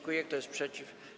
Kto jest przeciw?